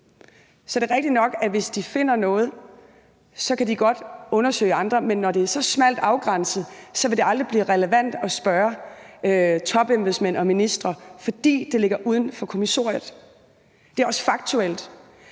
Så er det rigtigt nok, at hvis de finder noget, kan de godt undersøge andre, men når det er så smalt og afgrænset, vil det aldrig blive relevant at spørge topembedsmænd og ministre, fordi det ligger uden for kommissoriet. Det er også faktuelt,